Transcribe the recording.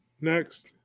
Next